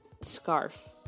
scarf